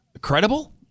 credible